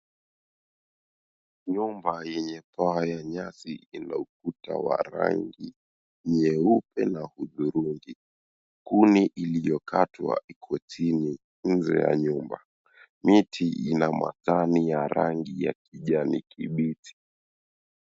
Nyumba yenye paa ya nyasi na ukuta wa rangi ya nyeupe na hudhurungi kuni iliyo katwa iko chini nje ya nyumba, miti ina majani ya rangi ya kijani kibichi.